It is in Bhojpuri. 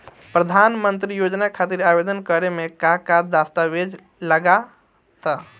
प्रधानमंत्री योजना खातिर आवेदन करे मे का का दस्तावेजऽ लगा ता?